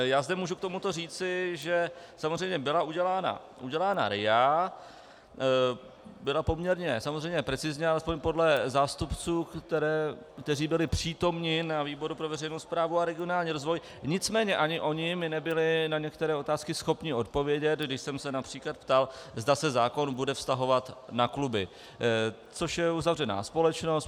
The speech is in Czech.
Já zde můžu k tomuto říci, že samozřejmě byla udělána RIA, byla poměrně samozřejmě precizně, alespoň podle zástupců, kteří byli přítomni ve výboru pro veřejnou správu a regionální rozvoj, nicméně ani oni mi nebyli na některé otázky schopni odpovědět, když jsem se například ptal, zda se zákon bude vztahovat na kluby, což je uzavřená společnost.